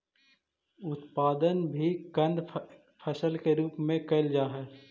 उत्पादन भी कंद फसल के रूप में कैल जा हइ